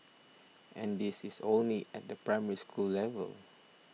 and this is only at the Primary School level